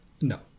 No